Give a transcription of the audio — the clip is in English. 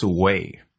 away